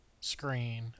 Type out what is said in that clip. screen